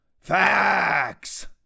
Facts